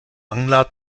angler